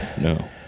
No